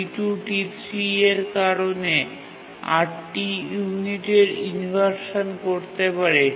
T2 T3 এর কারণে ৮ টি ইউনিটের ইনভারশান করতে পারে